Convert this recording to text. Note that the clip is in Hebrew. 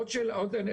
עוד שאלה.